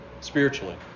spiritually